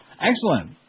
Excellent